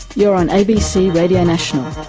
you're on abc radio national.